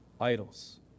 idols